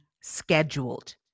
scheduled